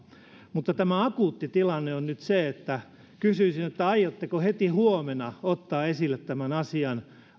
mutta tämä akuutti tilanne on nyt tämä ja kysyisin aiotteko heti huomenna ottaa esille tämän asian